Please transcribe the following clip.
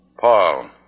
Paul